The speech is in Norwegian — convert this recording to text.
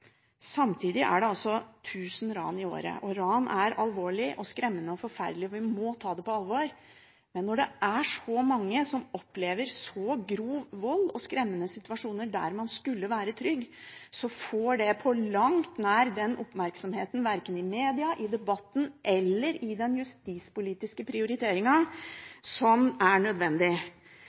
Samtidig er det altså 1 000 ran i året. Ran er alvorlig, skremmende og forferdelig, og vi må ta det på alvor, men når det er så mange som opplever så grov vold og skremmende situasjoner der man skulle være trygg, får det på langt nær den oppmerksomheten som er nødvendig, verken i media, i debatten eller i den justispolitiske prioriteringen. Dette er